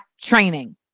training